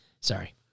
sorry